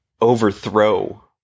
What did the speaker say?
overthrow